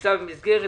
נמצא במסגרת.